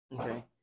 okay